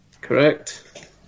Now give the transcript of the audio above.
Correct